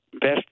best